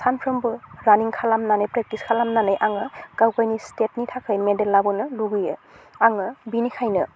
सानफ्रोमबो रानिं खालामनानै प्रेकटिस खालामनानै आङो गाव गावनि स्टेटनि थाखाय मेडेल लाबोनो लुबैयो आङो बिनिखायनो